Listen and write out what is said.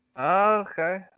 okay